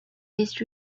his